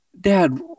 dad